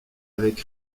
avaient